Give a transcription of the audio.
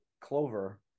clover